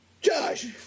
Josh